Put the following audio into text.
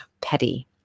petty